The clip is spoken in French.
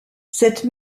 cette